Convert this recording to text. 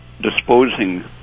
disposing